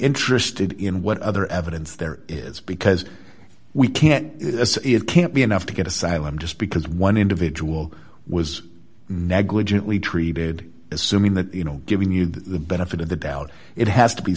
interested in what other evidence there is because we can't it can't be enough to get asylum just because one individual was negligently treated assuming that you know giving you the benefit of the doubt it has to be